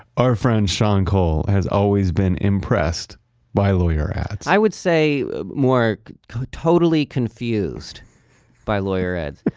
our friend sean cole has always been impressed by lawyer ads i would say more totally confused by lawyer ads.